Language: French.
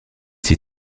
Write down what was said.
s’y